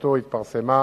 ובמסגרתה התפרסמה